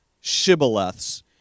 shibboleths